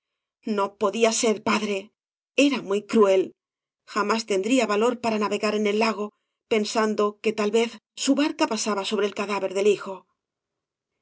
no podía ser padre era muy cruel jamás tendría valor para navegar en el lago pensando que tal vez su barca pasaba sobre el cadáver del hijo